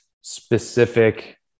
specific